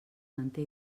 manté